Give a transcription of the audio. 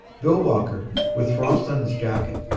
bill walker, with frost on his jacket,